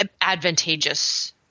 advantageous